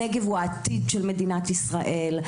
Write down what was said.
הנגב הוא העתיד של מדינת ישראל,